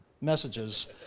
messages